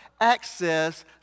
access